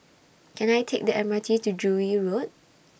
Can I Take The M R T to Joo Yee Road